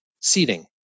seating